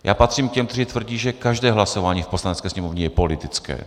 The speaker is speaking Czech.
Já patřím k těm, kteří tvrdí, že každé hlasování v Poslanecké sněmovně je politické.